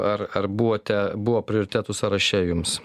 ar ar buvote buvo prioritetų sąraše jums